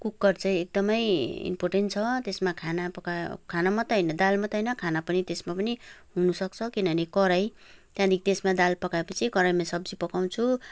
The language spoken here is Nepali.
कुकर चाहिँ एकदमै इम्पोर्टेन्ट छ त्यसमा खाना पकायो खाना मात्रै होइन दाल मात्रै होइन खाना पनि त्यसमा पनि हुनुसक्छ किनभने कराही त्यहाँदेखि त्यसमा दाल पकाएपछि कराहीमा सब्जी पकाउँछु